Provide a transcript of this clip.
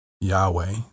Yahweh